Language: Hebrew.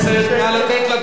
מה יש לך נגד זה?